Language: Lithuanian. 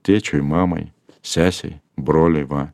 tėčiui mamai sesei broliui va